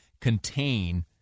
contain